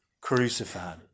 crucified